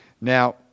Now